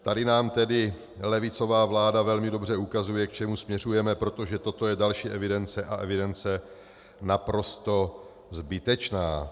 Tady nám tedy levicová vláda velmi dobře ukazuje, k čemu směřujeme, protože toto je další evidence, a evidence naprosto zbytečná.